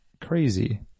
Crazy